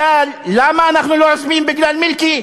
למה אנחנו לא עוזבים בגלל מילקי?